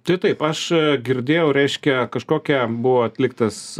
tai taip aš girdėjau reiškia kažkokią buvo atliktas